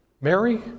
Mary